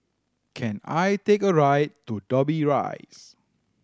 can I take a right to Dobbie Rise